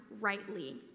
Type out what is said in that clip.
rightly